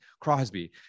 Crosby